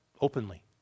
openly